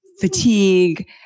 fatigue